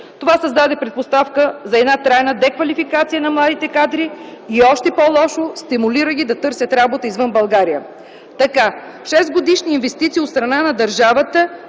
Това създаде предпоставка за трайна деквалификация на младите кадри и още по-лошо – стимулира ги да търсят работа извън България. Така 6-годишни инвестиции от страна на държавата